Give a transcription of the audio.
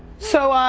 so,